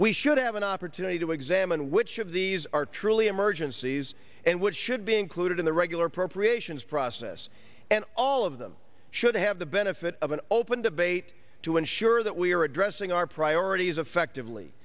we should have an opportunity to examine which of these are truly emergencies and what should be included in the regular appropriations process and all of them should have the benefit of an open debate to ensure that we are addressing our priorities effectively